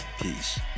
Peace